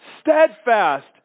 steadfast